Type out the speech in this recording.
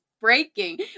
breaking